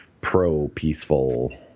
pro-peaceful